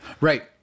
right